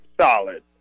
solid